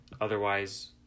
Otherwise